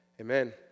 Amen